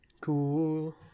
cool